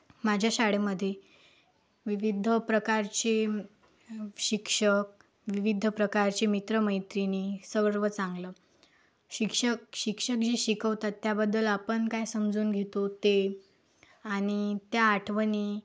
माझ्या शाळेमधे विविध प्रकारचे शिक्षक विविध प्रकारचे मित्रमैत्रिणी सर्व चांगलं शिक्षक शिक्षक जे शिकवतात त्याबद्दल आपण काय समजून घेतो ते आणि त्या आठवणी